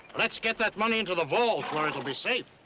let's get that money into the vault where it will be safe.